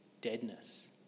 deadness